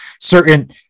certain